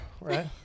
right